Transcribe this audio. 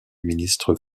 ministre